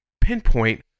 pinpoint